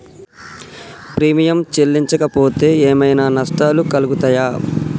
Premium చెల్లించకపోతే ఏమైనా నష్టాలు కలుగుతయా?